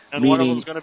Meaning